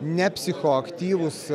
ne psichoaktyvus